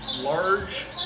large